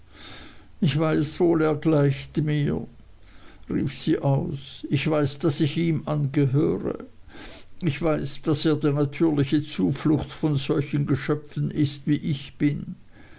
ich weiß wohl er gleicht mir rief sie aus ich weiß daß ich ihm angehöre ich weiß daß er die natürliche zuflucht von solchen geschöpfen ist wie ich bin